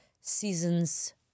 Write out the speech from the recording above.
season's